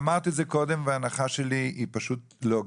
אמרת את זה מקודם, וההנחה שלי היא פשוט לוגית,